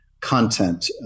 content